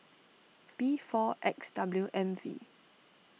B four X W M V